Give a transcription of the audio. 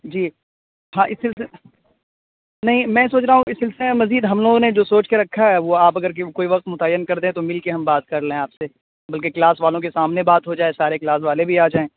جی ہاں اس سلسلے نہیں میں سوچ رہا ہوں اس سلسلے میں مزید ہم لوگوں نے جو سوچ کے رکھا ہے وہ آپ اگر کوئی وقت متعین کر دیں تو مل کے ہم بات کر لیں آپ سے بلکہ کلاس والوں کے سامنے بات ہو جائے سارے کلاس والے بھی آ جائیں